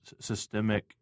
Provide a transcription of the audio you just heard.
systemic